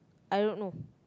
I don't know